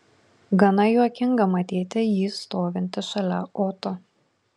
gana juokinga matyti jį stovintį šalia oto